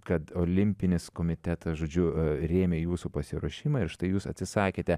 kad olimpinis komitetas žodžiu rėmė jūsų pasiruošimą ir štai jūs atsisakėte